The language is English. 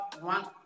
one